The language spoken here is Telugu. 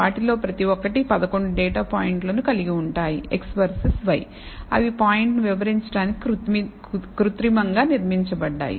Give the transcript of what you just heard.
వాటిలో ప్రతి ఒక్కటి 11 డేటా పాయింట్లను కలిగి ఉంటాయి x వర్సెస్ y అవి పాయింట్ను వివరించడానికి కృత్రిమంగా నిర్మించబడ్డాయి